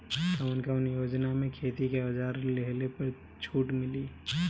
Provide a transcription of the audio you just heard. कवन कवन योजना मै खेती के औजार लिहले पर छुट मिली?